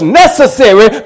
necessary